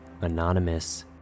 Anonymous